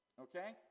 okay